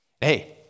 Hey